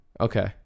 okay